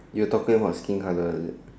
you talking about skin colour is it